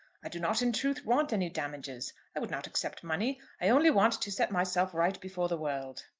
i do not in truth want any damages. i would not accept money. i only want to set myself right before the world.